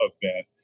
event